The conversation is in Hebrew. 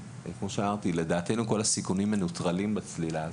ולדעתנו כל הסיכונים מנוטרלים בצלילה הזאת.